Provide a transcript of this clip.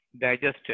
digested